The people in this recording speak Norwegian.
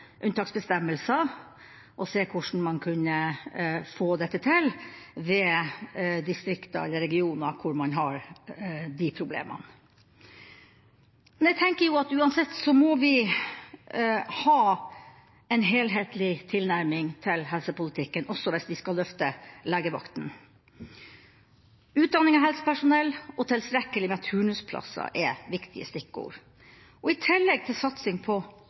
unntaksbestemmelser, se på hvordan man kunne få dette til i distrikter eller regioner hvor man har de problemene. Jeg tenker at vi uansett må ha en helhetlig tilnærming til helsepolitikken, også hvis vi skal løfte legevaktene. Utdanning av helsepersonell og tilstrekkelig med turnusplasser er viktige stikkord, i tillegg til satsing på